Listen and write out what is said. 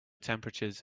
temperatures